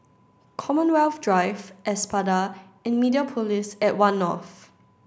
Commonwealth Drive Espada and Mediapolis at One North